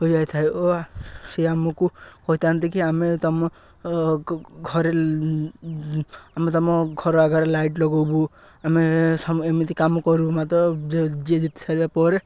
ହୋଇଯାଇଥାଏ ଓ ସେ ଆମକୁ କହିଥାନ୍ତି କି ଆମେ ତମ ଘରେ ଆମେ ତମ ଘର ଆଗରେ ଲାଇଟ ଲଗେଇବୁ ଆମେ ଏମିତି କାମ କରୁ ମାତ୍ର ଯିଏ ଜିତି ସାରିବା ପରେ